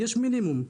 יש מינימום.